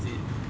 is it